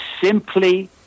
simply